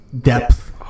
depth